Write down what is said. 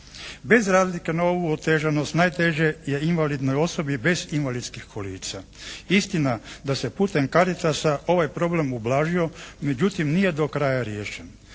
Bez razlike na ovu otežanost najteže je invalidskoj osobi bez invalidskih kolica. Istina da se putem Caritasa ovaj problem ublažio, međutim nije do kraja riješen.